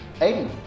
Aiden